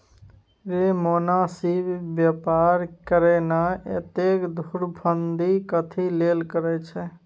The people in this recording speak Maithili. रे मोनासिब बेपार करे ना, एतेक धुरफंदी कथी लेल करय छैं?